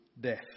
death